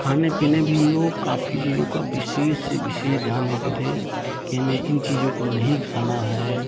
खाने पीने भी हम लोग काफ़ी चीज़ों का विशेष से विशेष ध्यान देते थे कि हम इन चीज़ों को नहीं खाना है